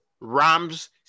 Rams